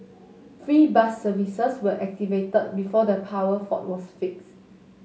free bus services were activated before the power fault was fixed